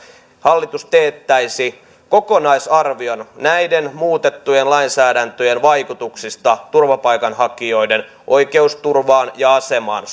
hallitus teettäisi kokonaisarvion näiden muutettujen lainsäädäntöjen vaikutuksista turvapaikanhakijoiden oikeusturvaan ja asemaan